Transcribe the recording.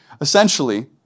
essentially